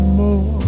more